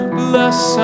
bless